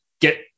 get